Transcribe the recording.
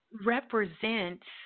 represents